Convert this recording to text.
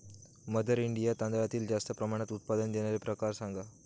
mother India तांदळातील जास्त प्रमाणात उत्पादन देणारे प्रकार सांगा